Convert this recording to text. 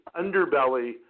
underbelly